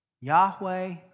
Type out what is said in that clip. Yahweh